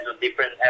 different